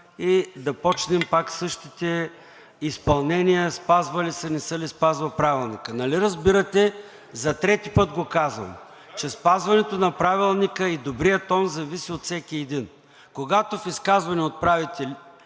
и да започнем пак същите изпълнения – спазва ли се, не се ли спазва Правилникът. Нали разбирате, за трети път го казвам, че спазването на Правилника и добрият тон зависят от всеки един. Когато в изказване отправите